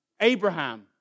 Abraham